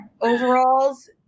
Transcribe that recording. Overalls